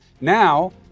Now